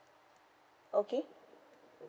okay